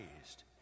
raised